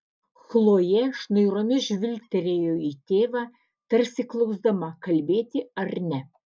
chlojė šnairomis žvilgtelėjo į tėvą tarsi klausdama kalbėti ar ne